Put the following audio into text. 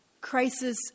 crisis